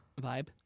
Vibe